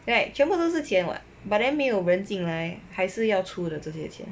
fact 全部都是钱 [what] but then 没有人进来还是要出的这些钱